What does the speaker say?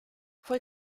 fue